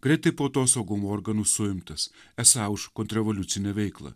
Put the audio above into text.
greitai po to saugumo organų suimtas esą už kontrrevoliucinę veiklą